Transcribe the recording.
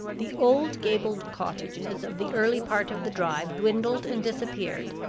the old gabled cottages of the early part of the drive dwindled and disappeared,